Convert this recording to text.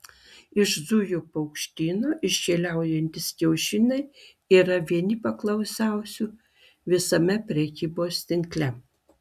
iš zujų paukštyno iškeliaujantys kiaušiniai yra vieni paklausiausių visame prekybos tinkle